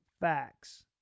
facts